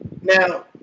Now